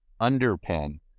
underpin